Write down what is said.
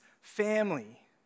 family